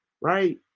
right